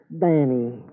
Danny